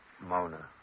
Mona